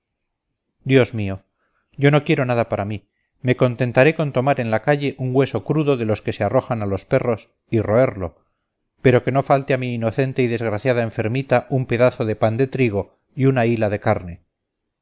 dios mío yo no quiero nada para mí me contentaré con tomar en la calle un hueso crudo de los que se arrojan a los perros y roerlo pero que no falte a mi inocente y desgraciada enfermita un pedazo de pan de trigo y una hila de carne